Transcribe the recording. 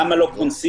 למה לא קונסים?